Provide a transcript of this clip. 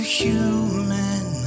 human